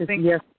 yes